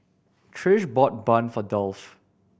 Trish bought bun for Dolph